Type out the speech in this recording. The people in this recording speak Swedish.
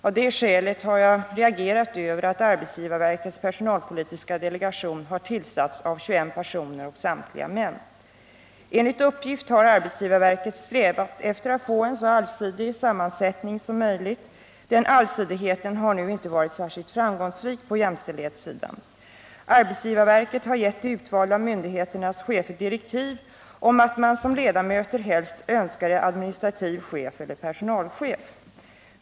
Av det skälet har jag reagerat över att arbetsgivarverkets personalpolitiska delegation har tillsatts med 21 personer — samtliga män. Enligt uppgift har arbetsgivarverket strävat efter att få en så allsidig sammansättning som möjligt. Den strävan till allsidighet har nu inte varit särskilt framgångsrik på jämställdhetssidan. Arbetsgivarverket har gett de utvalda myndigheternas chefer direktiv om att man som ledamöter helst önskade administrativa chefer eller personalchefer.